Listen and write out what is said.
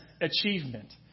achievement